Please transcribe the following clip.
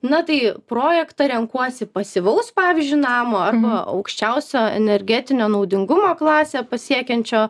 na tai projektą renkuosi pasyvaus pavyzdžiui namo arba aukščiausio energetinio naudingumo klasę pasiekiančio